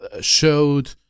showed